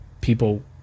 people